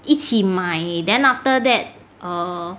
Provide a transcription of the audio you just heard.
一起买 then after that err